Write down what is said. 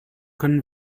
können